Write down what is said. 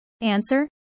Answer